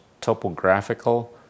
topographical